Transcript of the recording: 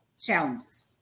challenges